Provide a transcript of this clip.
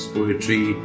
Poetry